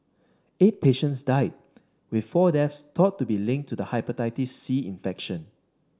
eight patients died with four deaths thought to be linked to the Hepatitis C infection